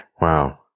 Wow